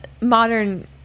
modern